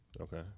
Okay